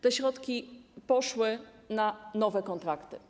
Te środki poszły na nowe kontrakty.